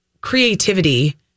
creativity